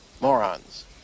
Morons